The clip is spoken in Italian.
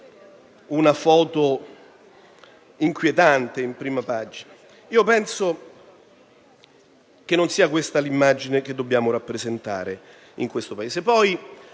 una foto inquietante in prima pagina. Io penso che non sia questa l'immagine che dobbiamo dare di questo Paese.